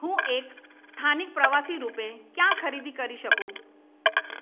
હું એક સ્થાનિક પ્રવાસી રૂપે ક્યાં ખરીદી કરી શકું